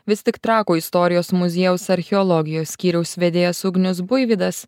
vis tik trakų istorijos muziejaus archeologijos skyriaus vedėjas ugnius buivydas